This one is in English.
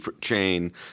chain